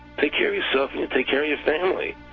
take care of yourself and take care of your family.